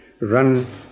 run